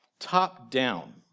top-down